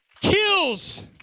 kills